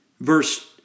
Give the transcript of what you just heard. Verse